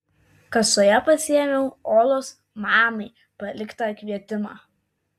kasoje pasiėmiau olos mamai paliktą kvietimą